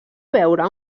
veure